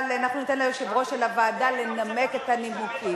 אבל אנחנו ניתן ליושב-ראש של הוועדה לנמק את הנימוקים.